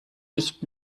nicht